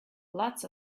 lots